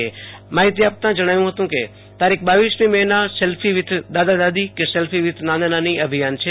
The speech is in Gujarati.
બ માહિતી આપતાં જણાવ્યું હતું કે તારીખ રરમી મેના સેલ્ફી વી દાદા દાદી કે સલ્ફી વીથ નાના નાની અભિયાન છે